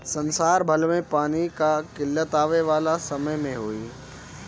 संसार भर में पानी कअ किल्लत आवे वाला समय में होई